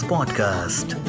Podcast